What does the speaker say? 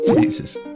Jesus